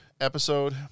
episode